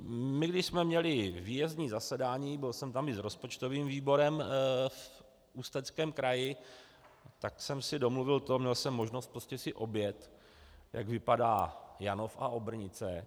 Když jsme měli výjezdní zasedání, byl jsem tam i s rozpočtovým výborem v Ústeckém kraji, tak jsem si domluvil to, měl jsem možnost si objet, jak vypadá Janov a Obrnice.